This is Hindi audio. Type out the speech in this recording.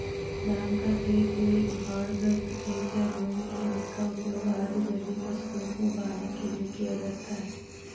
धान का खेत एक बाढ़ग्रस्त खेत या भूमि है जिसका उपयोग अर्ध जलीय फसलों को उगाने के लिए किया जाता है